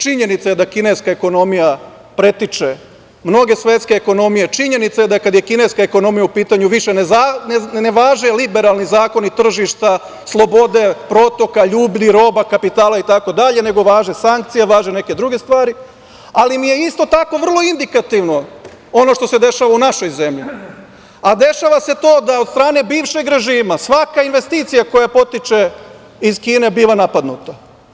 Činjenica je da kineska ekonomija pretiče mnoge svetske ekonomije, činjenica je da kad je kineska ekonomija u pitanju više ne važe liberalni zakoni tržišta, slobode, protoka, ljudi, roba, kapitala, itd. nego važe sankcije, važe neke druge stvari, ali mi je isto tako vrlo indikativno ono što se dešava u našoj zemlji, a dešava se to da je od strane bivšeg režima svaka investicija koja potiče iz Kine bila napadnuta.